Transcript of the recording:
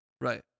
Right